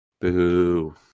Boo